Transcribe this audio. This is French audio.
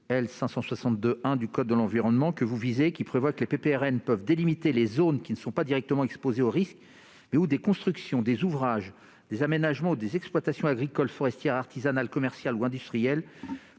L. 562-1 du code de l'environnement, en vertu duquel les PPRN peuvent délimiter les zones qui ne sont pas directement exposées aux risques mais où des constructions, des ouvrages, des aménagements ou des exploitations agricoles, forestières, artisanales, commerciales ou industrielles